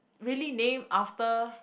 really named after